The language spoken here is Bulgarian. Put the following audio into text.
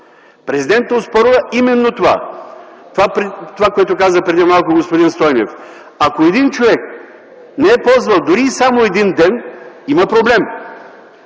Президентът оспорва именно това. Това, което каза преди малко господин Стойнев – ако един човек не е ползвал дори и само един ден, има проблем.